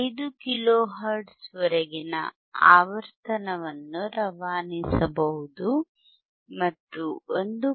5 kilohertz ವರೆಗಿನ ಆವರ್ತನವನ್ನು ರವಾನಿಸಬಹುದು ಮತ್ತು 1